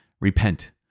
Repent